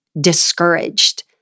discouraged